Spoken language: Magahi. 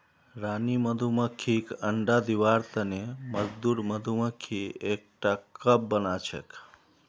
रानी मधुमक्खीक अंडा दिबार तने मजदूर मधुमक्खी एकटा कप बनाछेक